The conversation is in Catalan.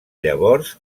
llavors